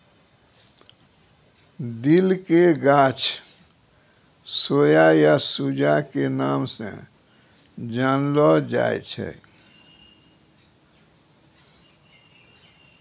दिल के गाछ सोया या सूजा के नाम स जानलो जाय छै